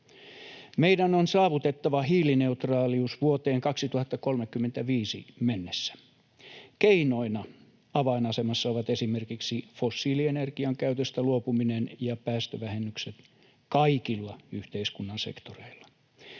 Meidän on saavutettava hiilineutraalius vuoteen 2035 mennessä. Keinoina avainasemassa ovat esimerkiksi fossiilienergian käytöstä luopuminen ja päästövähennykset kaikilla yhteiskunnan sektoreilla.